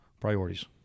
Priorities